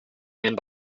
and